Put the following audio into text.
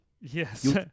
Yes